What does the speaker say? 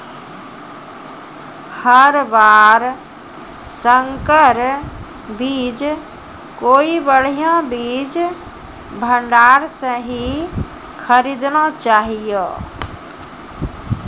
हर बार संकर बीज कोई बढ़िया बीज भंडार स हीं खरीदना चाहियो